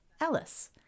Ellis